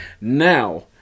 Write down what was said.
Now